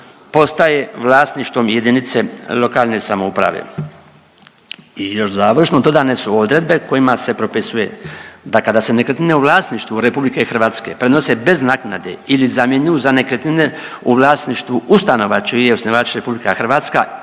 postaje vlasništvom jedinice lokalne samouprave. I još završno, dodane su odredbe kojima se propisuje da kada se nekretnine u vlasništvu RH prenose bez naknade ili zamjenjuju za nekretnine u vlasništvu ustanova čiji je osnivač RH ili jedinica